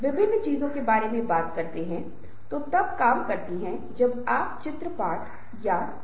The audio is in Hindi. यह अध्ययन सामान्य हित के क्षेत्र में निर्णय लेने के व्यवहार को समझने में उपयोगी हो सकता है